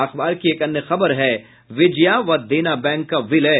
अखबार की एक अन्य खबर है विजया व देना बैंक का विलय